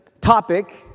topic